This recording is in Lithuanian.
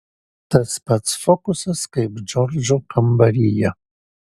tas pats fokusas kaip džordžo kambaryje